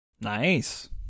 Nice